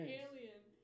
alien